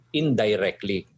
indirectly